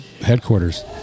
headquarters